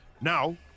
Now